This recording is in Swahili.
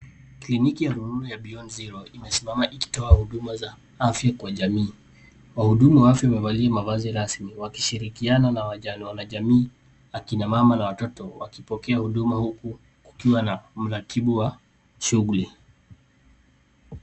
Kliniki ya huduma ya Beyond Zero imesimama ikitoa huduma za afya kwa jamii. Wahudumu wa afya wamevalia mavazi rasmi wakishirikiana na wanajamii, akina mama na watoto wakipokea huduma huku kukiwa na mratibu wa shughuli.